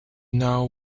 now